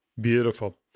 Beautiful